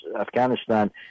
Afghanistan